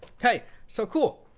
ok. so cool.